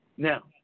Now